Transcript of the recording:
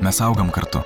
mes augam kartu